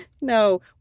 No